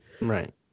Right